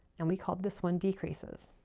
and we call this one decreases.